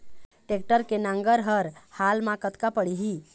Tractor के नांगर हर हाल मा कतका पड़िही?